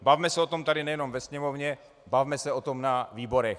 Bavme se o tom tady, nejenom ve sněmovně, bavme se o tom na výborech.